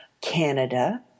Canada